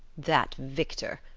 that victor!